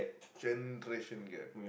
generation gap